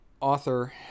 author